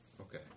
Okay